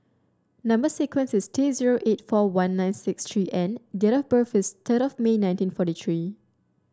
number sequence is T zero eight four one nine six three N and date of birth is third of May nineteen forty three